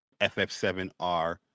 FF7R